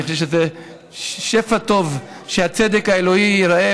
אני חושב שזה שפע טוב שהצדק האלוהי ייראה